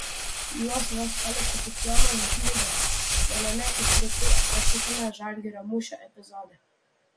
juos vos paliečia tik jonas dlugošas viename iškreiptai aprašytame žalgirio mūšio epizode